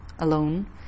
alone